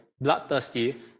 bloodthirsty